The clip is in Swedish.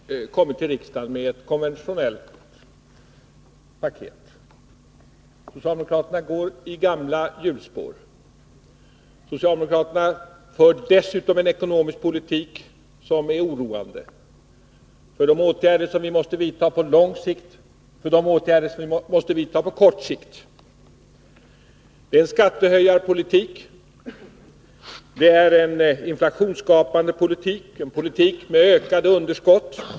Herr talman! Socialdemokraterna har kommit till riksdagen med ett konventionellt paket. Socialdemokraterna går i gamla hjulspår. Socialdemokraterna för dessutom en ekonomisk politik som är oroande — med tanke på de åtgärder som vi måste vidta på lång sikt och de åtgärder som vi måste vidta på kort sikt. Det är en skattehöjarpolitik, en inflationsskapande politik och det är en politik med ökade underskott.